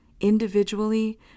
Individually